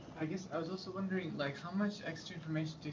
i guess, i was also wondering like, how much extra information do you